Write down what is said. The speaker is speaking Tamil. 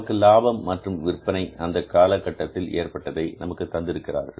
நமக்கு லாபம் மற்றும் விற்பனை அந்த காலத்தில் ஏற்பட்டதை நமக்கு தந்திருக்கிறார்கள்